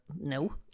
no